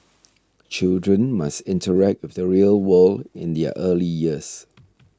children must interact with the real world in their early years